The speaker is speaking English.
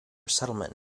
settlement